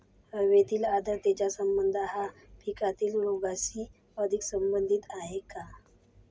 हवेतील आर्द्रतेचा संबंध हा पिकातील रोगांशी अधिक संबंधित आहे का?